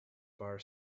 bar